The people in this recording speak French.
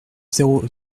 zéro